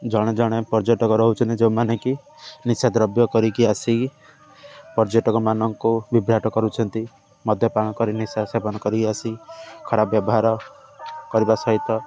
ଜଣେ ଜଣେ ପର୍ଯ୍ୟଟକ ରହୁଛନ୍ତି ଯେଉଁମାନେ କି ନିଶା ଦ୍ରବ୍ୟ କରିକି ଆସିକି ପର୍ଯ୍ୟଟକମାନଙ୍କୁ ବିଭ୍ରାଟ କରୁଛନ୍ତି ମଧ୍ୟପାଳନ କରି ନିଶା ସେବନ କରିକି ଆସି ଖରାପ ବ୍ୟବହାର କରିବା ସହିତ